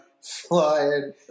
flying